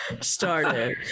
started